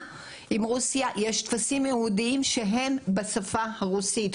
עם רוסיה: יש טפסים ייעודיים בשפה הרוסית,